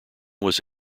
was